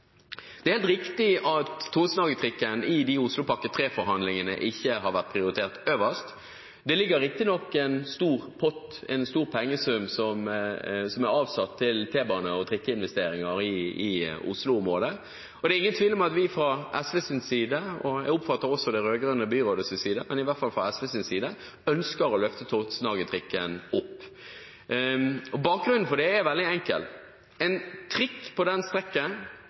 Det er helt riktig at Tonsenhagen-trikken i Oslopakke 3-forhandlingene ikke har vært prioritert øverst. Det ligger riktignok en stor pott, en stor pengesum, som er avsatt til T-bane- og trikkeinvesteringer i Oslo-området. Det er ingen tvil om at vi fra SVs side, og jeg oppfatter også fra det rød-grønne byrådets side, ønsker å løfte Tonsenhagen-trikken opp. Bakgrunnen for det er veldig enkel: En trikk på